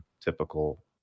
Typical